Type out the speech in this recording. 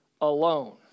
alone